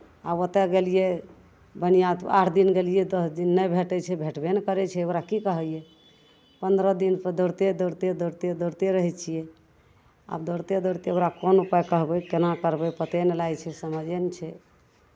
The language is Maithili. आब ओतय गेलियै बनिआँ तऽ आठ दिन गेलियै दस दिन नहि भेटै छै भेटबे नहि करै छै ओकरा की कहियै पन्द्रह दिनपर दौड़िते दौड़िते दौड़िते दौड़िते रहै छियै आब दौड़िते दौड़िते ओकरा कोन उपाय कहबै केना करबै पते नहि लागै छै समझे नहि छै